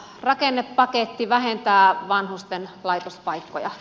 rakennepaketti vähentää vanhusten laitospaikkoja